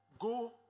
go